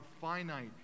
finite